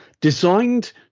designed